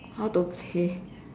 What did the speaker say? how to play